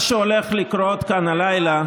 מה שהולך לקרות כאן הלילה,